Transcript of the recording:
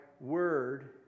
word